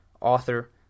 author